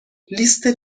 لیست